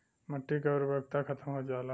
मट्टी के उर्वरता खतम हो जाला